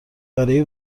برای